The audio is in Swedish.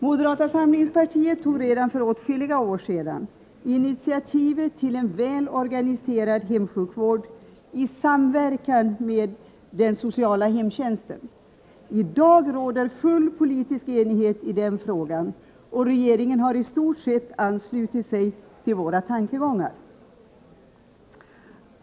Moderata samlingspartiet tog redan för åtskilliga år sedan initiativet till en väl organiserad hemsjukvård i samverkan med den sociala hemtjänsten. I dag råder full politisk enighet i den frågan, och regeringen har i stort sett anslutit sig till våra tankegångar.